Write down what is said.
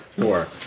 Four